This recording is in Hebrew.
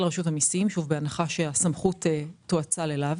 רשות המסים בהנחה שהסמכות תואצל אליו